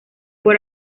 por